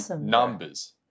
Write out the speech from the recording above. numbers